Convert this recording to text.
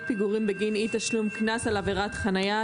פיגורים בגין אי תשלום קנס על עבירת חניה),